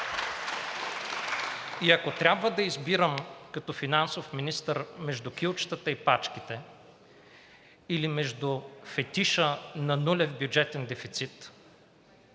И ако трябва да избирам като финансов министър между кюлчетата и пачките или между фетиша на нулев бюджетен дефицит